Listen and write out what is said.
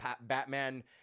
Batman